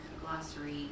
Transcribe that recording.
glossary